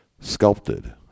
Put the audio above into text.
sculpted